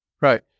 Right